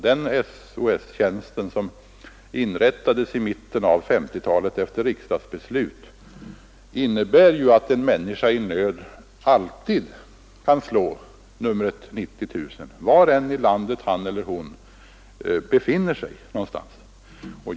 Denna SOS-tjänst som inrättades i mitten på 1950-talet efter riksdagsbeslut innebär ju att en människa i nöd alltid kan slå numret 90 000 var än i landet han eller hon befinner sig.